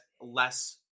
less